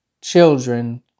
children